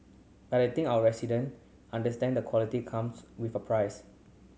but I think our resident understand that quality comes with a price